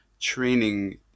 training